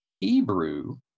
Hebrew